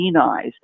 eyes